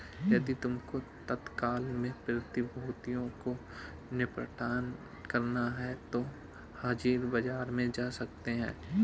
यदि तुमको तत्काल में प्रतिभूतियों को निपटान करना है तो हाजिर बाजार में जा सकते हो